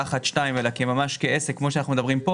אחת או שתיים אלא ממש כעסק כמו שאנחנו מדברים כאן